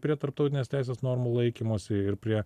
prie tarptautinės teisės normų laikymosi ir prie